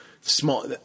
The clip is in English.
Small